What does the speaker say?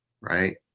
right